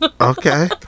Okay